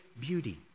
beauty